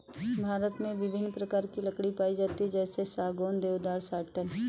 भारत में विभिन्न प्रकार की लकड़ी पाई जाती है जैसे सागौन, देवदार, साटन